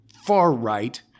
far-right